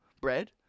bread